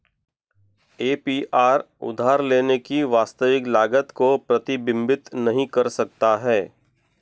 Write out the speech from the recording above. APR उधार लेने की वास्तविक लागत को प्रतिबिंबित नहीं कर सकता है